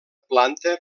planta